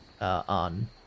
on